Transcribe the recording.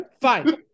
fine